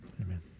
amen